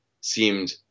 seemed